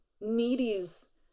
Needy's